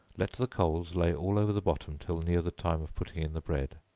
let the coals lay all over the bottom till near the time of putting in the bread,